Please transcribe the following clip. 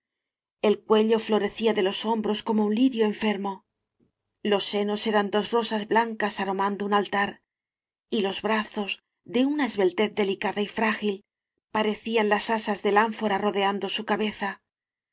el cuello florecía de los hombros como un lirio enfer mo los senos eran dos rosas blancas aro mando un altar y los brazos de una esbel tez delicada y frágil parecían las asas del ánfora rodeando su cabeza